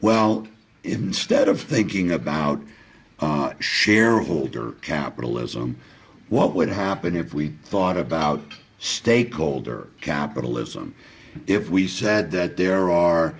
well instead of thinking about shareholder capitalism what would happen if we thought about stakeholder capitalism if we said that there are